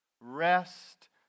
rest